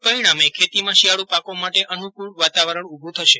પરિણામે ખેતીમાં શિયાળું પાકો માટે અનુકૂળ વાતાવરણ ઊભું થશે